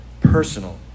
personal